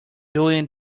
doing